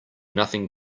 nothing